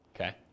Okay